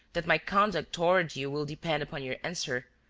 that my conduct toward you will depend upon your answer.